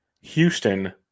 Houston